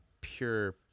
pure